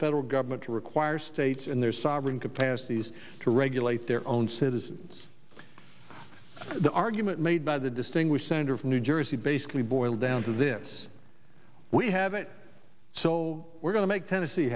federal government to require states in their sovereign capacities to regulate their own citizens the argument made by the distinguished senator from new jersey basically boils down to this we have it so we're going to make tennessee